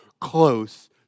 close